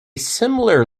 similar